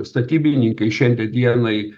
statybininkai šiai dienai